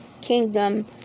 kingdom